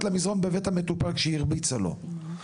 למזרון בבית המטופל כשהיא הרביצה לו.